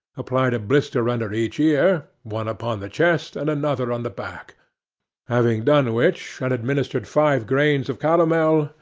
applied a blister under each ear, one upon the chest, and another on the back having done which, and administered five grains of calomel,